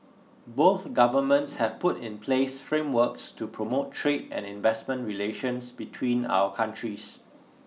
both governments have put in place frameworks to promote trade and investment relations between our countries